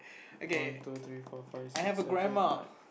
one two three four five six seven eight nine